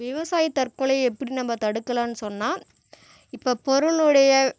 விவசாயி தற்கொலை எப்படி நம்ம தடுக்கலாம்னு சொன்னால் இப்போ பொருளுடைய